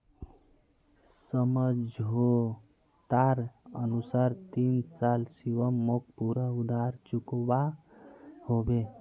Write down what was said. समझोतार अनुसार तीन साल शिवम मोक पूरा उधार चुकवा होबे